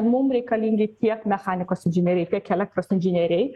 mum reikalingi tiek mechanikos inžinieriai tiek elektros inžinieriai